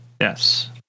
Yes